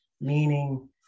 meaning